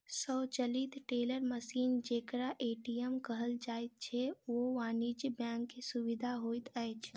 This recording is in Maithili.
स्वचालित टेलर मशीन जेकरा ए.टी.एम कहल जाइत छै, ओ वाणिज्य बैंक के सुविधा होइत अछि